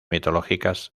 mitológicas